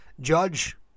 Judge